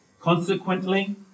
Consequently